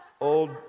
old